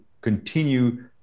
continue